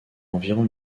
environ